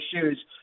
shoes